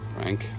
Frank